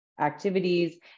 activities